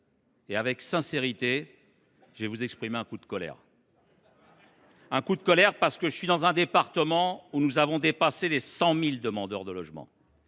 et avec sincérité, je vais vous exprimer un coup de colère. Un coup de colère, parce que je suis élu d’un département dans lequel le seuil des 100 000 demandeurs de logement